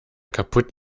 kaputt